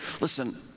listen